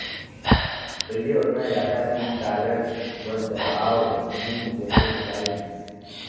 पहिले ओतना जादा पेन कारड बर दबाओ नइ रहें लाइस